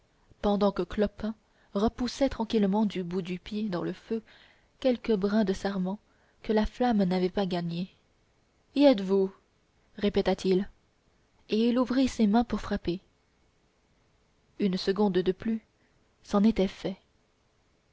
pendant que clopin repoussait tranquillement du bout du pied dans le feu quelques brins de sarment que la flamme n'avait pas gagnés y êtes-vous répéta-t-il et il ouvrit ses mains pour frapper une seconde de plus c'en était fait